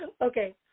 Okay